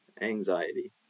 anxiety